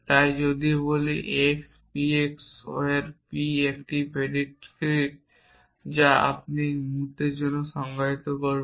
তাই যদি বলি x p s were p একটি predicate যা আপনি এক মুহূর্তের মধ্যে সংজ্ঞায়িত করবেন